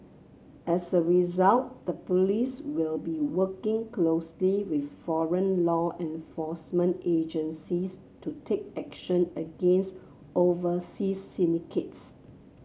as a result the police will be working closely with foreign law enforcement agencies to take action against overseas syndicates